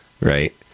right